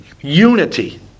Unity